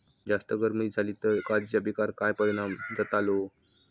जास्त गर्मी जाली तर काजीच्या पीकार काय परिणाम जतालो?